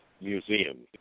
Museum